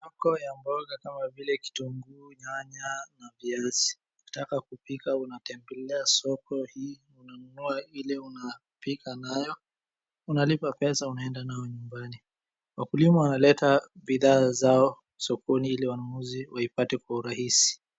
Soko ya mboga kama vile kitunguu, nyanya na viazi. Ukitaka kupika unatembelea soko hii unanunua ile unapika nayo unalipa pesa unaenda nayo nyumbani. Wakulima wanaleta bidhaa zao skoni ili wanunuzi waipate kwa urahisi.